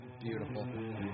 Beautiful